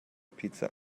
pizza